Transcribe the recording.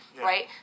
Right